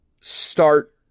start